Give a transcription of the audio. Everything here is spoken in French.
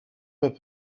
pas